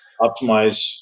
optimize